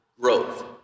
growth